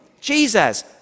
Jesus